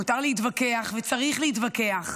מותר להתווכח וצריך להתווכח,